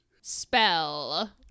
spell